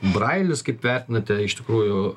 brailis kaip vertinate iš tikrųjų